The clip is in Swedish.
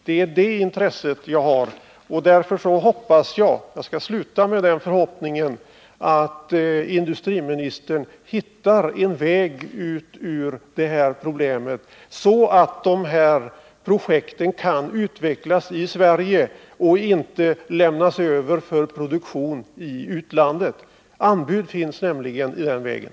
Det är detta intresse som jag har, och jag skall avsluta med den förhoppningen att industriministern hittar en väg ut ur problemet, så att dessa projekt kan utvecklas i Sverige och inte lämnas över för produktion i utlandet. Anbud i den vägen finns nämligen.